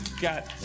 got